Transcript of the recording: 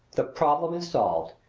the problem is solved!